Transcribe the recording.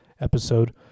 episode